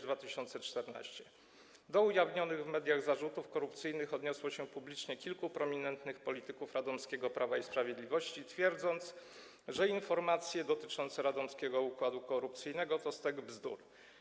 Do ujawnionych w mediach zarzutów korupcyjnych odniosło się publicznie kilku prominentnych polityków radomskiego Prawa i Sprawiedliwości, twierdząc, że informacje dotyczące radomskiego układu korupcyjnego to stek bzdur.